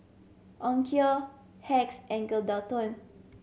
Onkyo Hacks and Geraldton